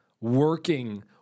working